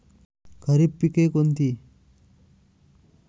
खरीप पिके कोणती?